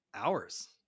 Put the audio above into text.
hours